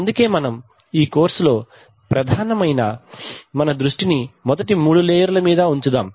అందుకే మనం ఈ కోర్సులో ప్రధానమైన మన దృష్టిని మొదటి మూడు లేయర్లు మీద ఉంచుదాం